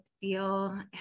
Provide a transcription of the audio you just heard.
feel